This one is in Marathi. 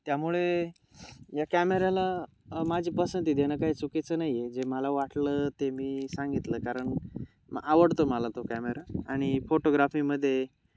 त्यामुळे या कॅमेऱ्याला माझी पसंती देणं काही चुकीचं नाही आहे जे मला वाटलं ते मी सांगितलं कारण मग आवडतो मला तो कॅमेरा आणि फोटोग्राफीमध्ये